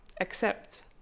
accept